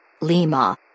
Lima